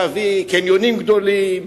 להביא קניונים גדולים,